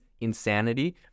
insanity